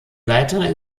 leiter